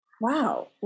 Wow